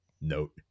note